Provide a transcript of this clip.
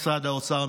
משרד האוצר,